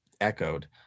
echoed